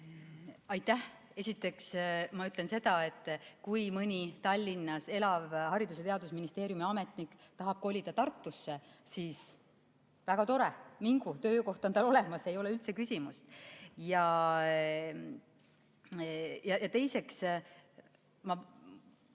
Esiteks, ma ütlen seda, et kui mõni Tallinnas elav Haridus- ja Teadusministeeriumi ametnik tahab kolida Tartusse, siis väga tore. Mingu, töökoht on tal olemas, ei ole üldse küsimust. Teiseks, ma